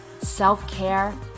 self-care